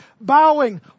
bowing